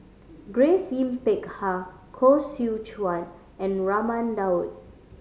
Grace Yin Peck Ha Koh Seow Chuan and Raman Daud